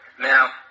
Now